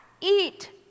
eat